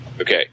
Okay